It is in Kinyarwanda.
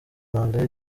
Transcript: marley